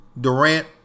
Durant